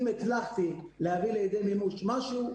אם הצלחתי להביא לידי מימוש משהו?